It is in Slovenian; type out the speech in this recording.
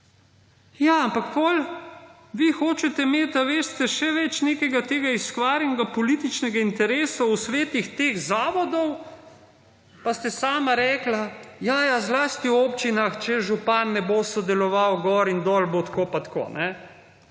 Ja, ampak potem vi hočete imeti, veste, še več nekega tega izkvarjenega političnega interesa v svetih teh zavodov, pa ste sama rekla, ja, ja, zlasti b občinah, če župan ne bo sodeloval gor in dol, bo tako pa tako. Žal